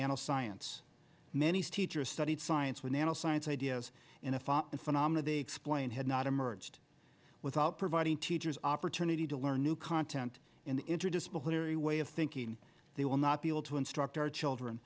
science many teachers studied science with nano science ideas in a fall and phenomena they explain has not emerged without providing teachers opportunity to learn new content interdisciplinary way of thinking they will not be able to instruct our children